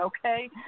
okay